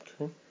Okay